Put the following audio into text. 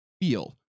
feel